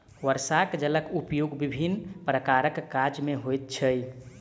वर्षाक जलक उपयोग विभिन्न प्रकारक काज मे होइत छै